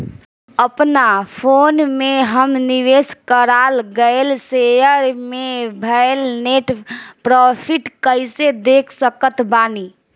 अपना फोन मे हम निवेश कराल गएल शेयर मे भएल नेट प्रॉफ़िट कइसे देख सकत बानी?